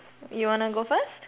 you wanna go first